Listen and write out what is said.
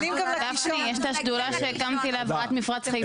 גפני, יש את השדולה שהקמתי להבראת מפרץ חיפה.